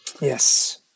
Yes